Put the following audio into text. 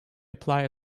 apply